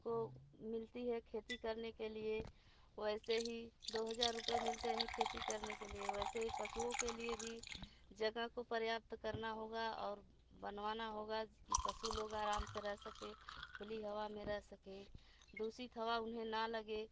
को मिलती है खेती करने के लिए वैसे ही दो हजार रुपए मिलते हैं खेती करने के लिए वैसे ही पशुओं के लिए भी जगह को पर्याप्त करना होगा और बनवाना होगा कि पशु लोग आराम से रह सकें खुली हवा में रह सकें दूषित हवा उन्हें ना लगे